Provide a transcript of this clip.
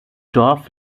dorf